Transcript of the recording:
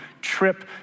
trip